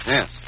Yes